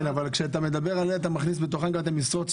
אבל כשאתה מדבר עליהם אתה מכניס בתוכם גם את משרות הסטודנט.